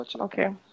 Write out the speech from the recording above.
Okay